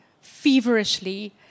feverishly